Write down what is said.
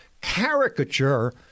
caricature